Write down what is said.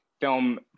film